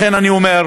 לכן אני אומר,